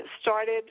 started